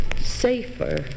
safer